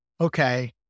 okay